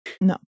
No